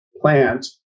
plant